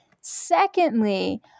secondly